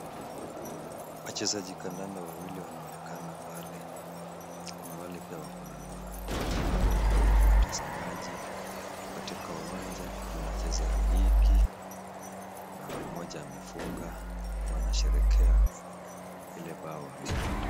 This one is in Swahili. Wachezaji kandanda wawili wanaonekana pale. Kuna wale pia wako nyuma yao watazamaji. Katika uwanja nikama wanacheza ligi na mmoja amefunga ako anasherekea lile bao amepata.